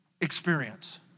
experience